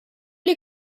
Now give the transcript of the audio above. les